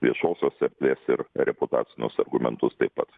viešosios erdvės ir reputacinius argumentus taip pat